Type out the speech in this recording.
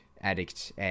addict